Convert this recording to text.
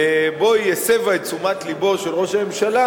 ובו היא הסבה את תשומת לבו של ראש הממשלה,